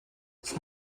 son